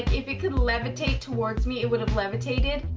if it could levitate towards me, it would have levitated.